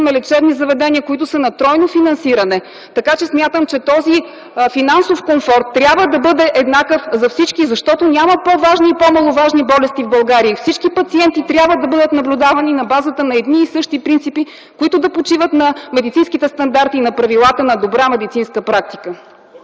лечебни заведения, които са на тройно финансиране. Смятам, че този финансов комфорт трябва да бъде еднакъв за всички, защото няма по-важни и маловажни болести в България. И всички пациенти трябва да бъдат наблюдавани на базата на едни и същи принципи, които да почиват на медицинските стандарти и на правилата на добра медицинска практика.